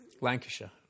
Lancashire